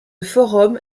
forum